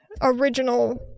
original